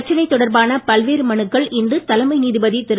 பிரச்சனை தொடர்பான பல்வேறு மனுக்கள் இன்று தலைமை நீதிபதி திரு